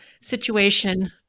situation